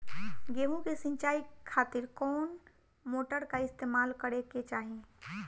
गेहूं के सिंचाई खातिर कौन मोटर का इस्तेमाल करे के चाहीं?